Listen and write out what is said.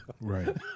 Right